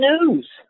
news